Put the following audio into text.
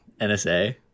nsa